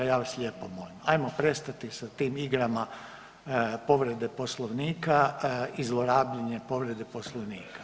Ja vas lijepo molim, hajmo prestati sa tim igrama povrede Poslovnika i zlorabljenje povrede Poslovnika.